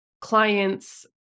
clients